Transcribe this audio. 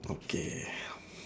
okay